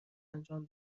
انجام